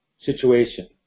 situation